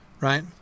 right